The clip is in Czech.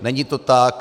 Není to tak.